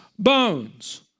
Bones